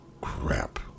crap